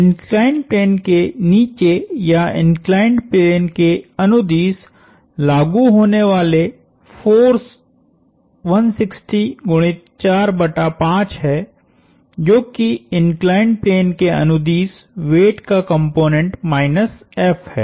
inclined plane के नीचे या इंक्लाइंड प्लेन के अनुदिश लागु होने वाले फोर्स 160 गुणित 4 बटा 5 हैं जो कि इंक्लाइंड प्लेन के अनुदिश वेट का कॉम्पोनेन्ट माइनस F है